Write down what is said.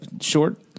short